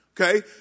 Okay